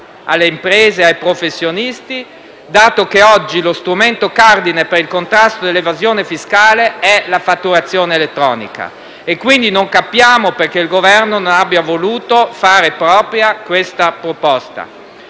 alle imprese e ai professionisti, dato che oggi lo strumento cardine per il contrasto dell'evasione fiscale è la fatturazione elettronica. Quindi non capiamo perché il Governo non abbia voluto fare propria questa proposta.